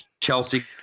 Chelsea